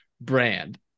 brand